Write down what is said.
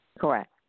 Correct